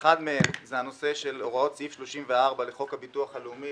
אחד מהם זה הנושא של הוראות סעיף 34 לחוק הביטוח הלאומי,